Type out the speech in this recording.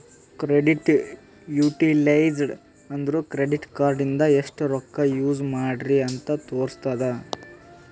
credit utilized ಅಂದುರ್ credit card ಇಂದ ಎಸ್ಟ್ ರೊಕ್ಕಾ ಯೂಸ್ ಮಾಡ್ರಿ ಅಂತ್ ತೋರುಸ್ತುದ್